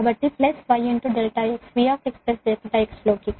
కాబట్టి plus y ∆x V x ∆x లోకి